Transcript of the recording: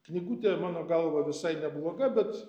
knygutė mano galva visai nebloga bet